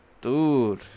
Dude